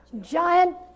Giant